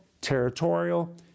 territorial